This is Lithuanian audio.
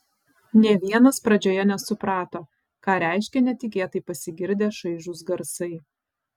nė vienas pradžioje nesuprato ką reiškia netikėtai pasigirdę šaižūs garsai